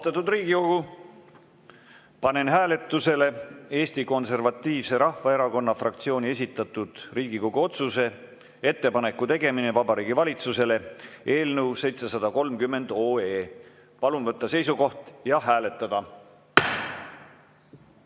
Austatud Riigikogu, panen hääletusele Eesti Konservatiivse Rahvaerakonna fraktsiooni esitatud Riigikogu otsuse "Ettepaneku tegemine Vabariigi Valitsusele" eelnõu 730. Palun võtta seisukoht ja hääletada!